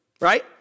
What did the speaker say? right